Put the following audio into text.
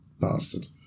Bastard